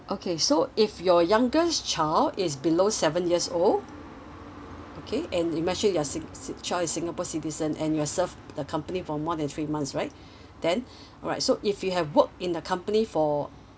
okay so if your youngest child is below seven years old okay and you mentioned you're sind~ child is singapore citizen and you've served the company for more than three months right then alright so if you have work in the company for